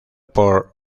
por